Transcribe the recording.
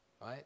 Right